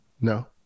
No